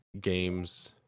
games